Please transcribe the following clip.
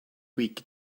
week